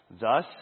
Thus